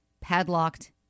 padlocked